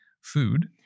food